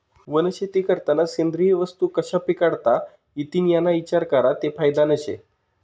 वनशेती करतांना सेंद्रिय वस्तू कशा पिकाडता इतीन याना इचार करा ते फायदानं शे